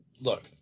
look